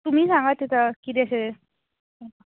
तुमी सांगात आतां कितें शें